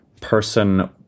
person